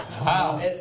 Wow